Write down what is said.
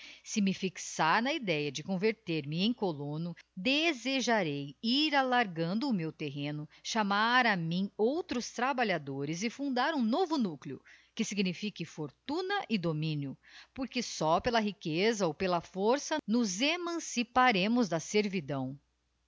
si me fixar na idéa de converter me em colono desejarei ir alargando o meu terreno chamar a mjm outros trabalhadores e fundar um novo núcleo que signifique fortuna e dominio porque só pela riqueza ou pela força nos emanciparemos da servidão